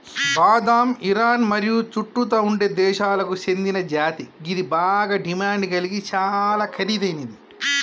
బాదం ఇరాన్ మరియు చుట్టుతా ఉండే దేశాలకు సేందిన జాతి గిది బాగ డిమాండ్ గలిగి చాలా ఖరీదైనది